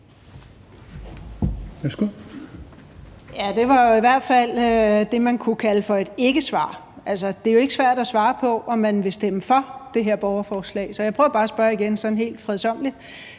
Det var jo i hvert fald det, man kunne kalde for et ikkesvar. Altså, det er jo ikke svært at svare på, om man vil stemme for det her borgerforslag. Så jeg prøver bare at spørge igen sådan helt fredsommeligt.